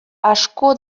asko